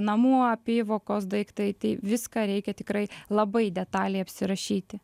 namų apyvokos daiktai tai viską reikia tikrai labai detaliai apsirašyti